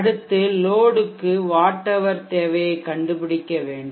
அடுத்து லோடுக்கு watt hour தேவையைக் கண்டுபிடிக்க வேண்டும்